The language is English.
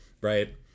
right